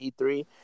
e3